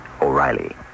O'Reilly